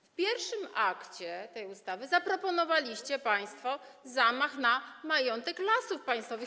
W pierwszym akcie tej ustawy zaproponowaliście państwo zamach na majątek Lasów Państwowych.